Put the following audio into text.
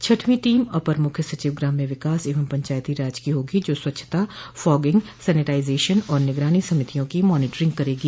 छठवीं टीम अपर मुख्य सचिव ग्राम्य विकास एवं पंचायती राज की होगी जो स्वच्छता फॉगिंग सैनिटाइजेशन और निगरानी समितियों की मॉनिटरिंग करेगी